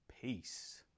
Peace